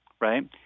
right